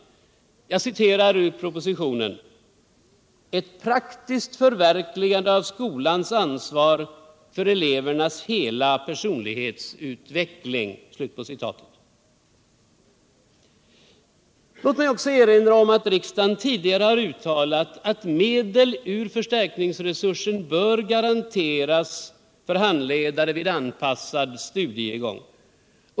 Lät mig citera ur propositionen: ”—-- ett praktiskt förverkligande av skolans ansvar för elevernas hela personlighetsutveck ling.” Jag vill ocksä erinra om utt riksdagen wudigare har uttalat att medel ur förstärkningsresursen bör garanteras för handledare vid anpassad studiegång.